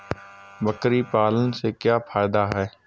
बकरी पालने से क्या फायदा है?